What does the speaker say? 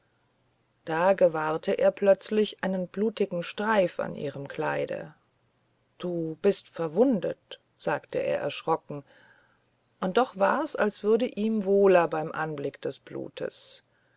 da gewahrte er plötzlich einen blutigen streif an ihrem kleide du bist verwundet sagte er erschrocken und doch war's als würde ihm wohler beim anblick des bluts